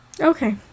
Okay